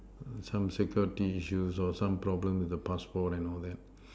some security issues or some problem with the passport and all that